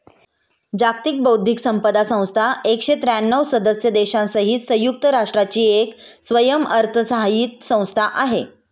जागतिक बौद्धिक संपदा संस्था एकशे त्र्यांणव सदस्य देशांसहित संयुक्त राष्ट्रांची एक स्वयंअर्थसहाय्यित संस्था आहे